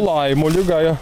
laimo ligą ją